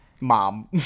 mom